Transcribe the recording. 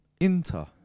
Inter